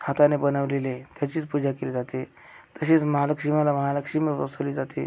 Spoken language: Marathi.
हाताने बनवलेले त्याचीच पूजा केली जाते तसेच महालक्ष्मीला महालक्ष्मी बसवली जाते